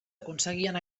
aconseguien